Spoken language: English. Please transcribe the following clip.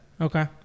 Okay